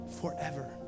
forever